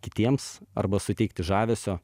kitiems arba suteikti žavesio